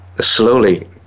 slowly